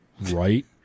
right